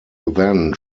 then